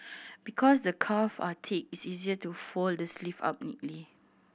because the cuff are thick it's easier to fold the sleeve up neatly